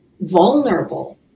vulnerable